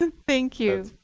and thank you.